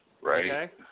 Right